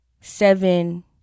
seven